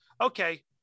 Okay